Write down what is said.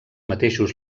mateixos